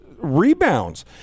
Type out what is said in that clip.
rebounds